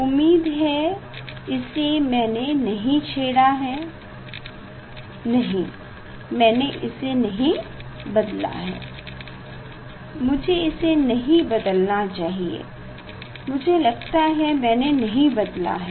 उम्मीद है इसे मैने नहीं छेड़ा है नहीं मैने इसे नहीं बदला है मुझे इसे नहीं बदलना चाहिए मुझे लगता है मैने नहीं बदला है